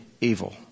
evil